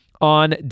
on